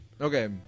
Okay